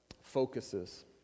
focuses